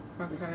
Okay